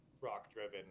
rock-driven